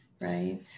right